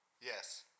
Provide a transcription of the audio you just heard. Yes